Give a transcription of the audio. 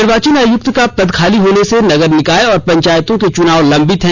निर्वाचन आयुक्त का पद खाली होने से नगर निकाय और पंचायतों के चुनाव लंबित हैं